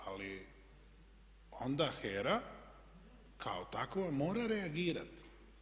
Ali onda HERA kao takva mora reagirati.